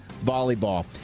volleyball